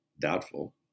Doubtful